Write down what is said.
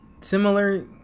similar